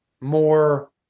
more